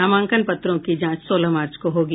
नामांकन पत्रों की जांच सोलह मार्च को होगी